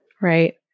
Right